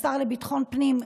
השר לביטחון פנים,